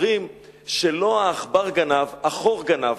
אומרים שלא העכבר גנב, החור גנב.